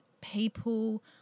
people